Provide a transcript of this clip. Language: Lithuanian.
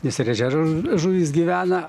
nes ir ežerų žuvys gyvena